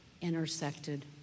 intersected